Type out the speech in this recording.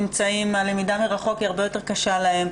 שהלמידה מרחוק הרבה יותר קשה להן,